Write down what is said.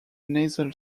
nasal